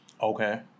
Okay